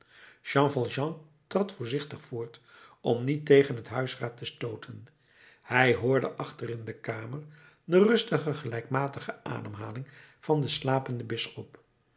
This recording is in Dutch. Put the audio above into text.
trad voorzichtig voort om niet tegen het huisraad te stooten hij hoorde achter in de kamer de rustige gelijkmatige ademhaling van den slapenden bisschop